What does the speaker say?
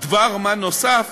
דבר-מה נוסף,